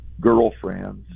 girlfriends